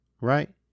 right